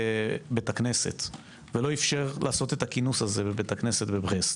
ונכנסו לתנועה והיו מאוד פעילים,